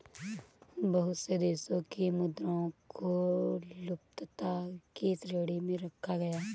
बहुत से देशों की मुद्राओं को लुप्तता की श्रेणी में रखा गया है